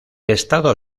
estado